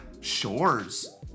shores